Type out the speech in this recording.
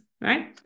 right